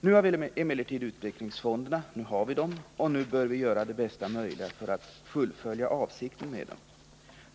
Nu har vi emellertid utvecklingsfonderna och bör göra det bästa möjliga för att fullfölja avsikten med dem.